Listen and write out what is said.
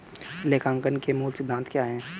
लेखांकन के मूल सिद्धांत क्या हैं?